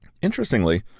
Interestingly